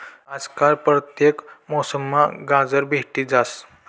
आजकाल परतेक मौसममा गाजर भेटी जास